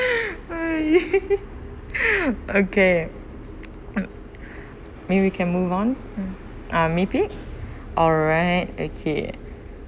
okay maybe we can move on uh maybe alright okay